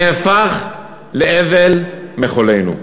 נהפך לאבל מחולנו.